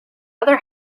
other